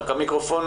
תראו,